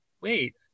wait